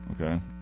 Okay